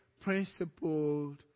principled